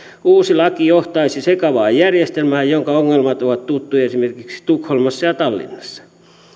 uusi laki johtaisi sekavaan järjestelmään jonka ongelmat ovat tuttuja esimerkiksi tukholmassa ja tallinnassa